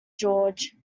george